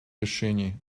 решений